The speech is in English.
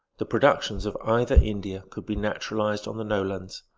the productions of either india could be naturalized on the lowlands,